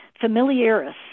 familiaris